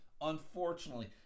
Unfortunately